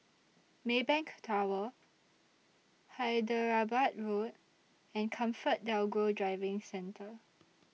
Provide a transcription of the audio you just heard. Maybank Tower Hyderabad Road and ComfortDelGro Driving Centre